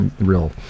real